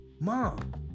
mom